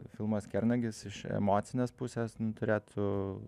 filmas kernagis iš emocinės pusės nu turėtų